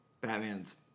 Batman's